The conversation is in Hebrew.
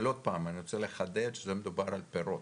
אבל עוד פעם, אני רוצה לחדד שזה מדובר על פירות.